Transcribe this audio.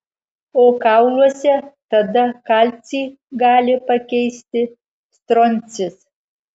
o kauluose tada kalcį gali pakeisti stroncis